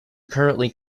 currently